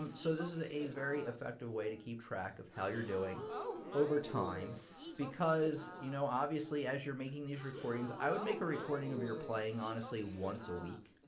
um so this is a very effective way to keep track of how you're doing over time because you know obviously, as you're making these recordings, i would make a recording of your playing, honestly, once a week,